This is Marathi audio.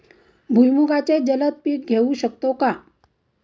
भुईमुगाचे जलद पीक घेऊ शकतो का?